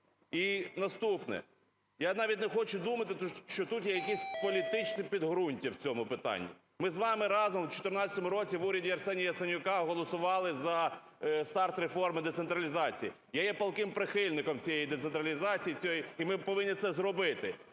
І наступне. Я навіть не хочу думати, що тут є якесь політичне підґрунтя у цьому питанні. Ми з вами разом у 14-му році в уряді Арсенія Яценюка голосували за старт реформи децентралізації. Я є палким прихильником цієї децентралізації. І ми повинні це зробити.